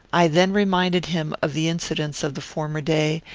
i then reminded him of the incidents of the former day,